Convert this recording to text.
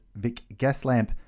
vicgaslamp